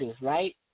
right